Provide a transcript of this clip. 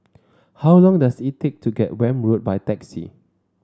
how long does it take to get Welm Road by taxi